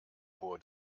bor